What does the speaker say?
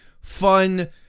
fun